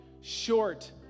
short